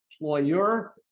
employer